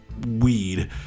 Weed